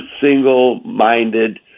single-minded